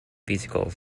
vesicles